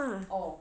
oh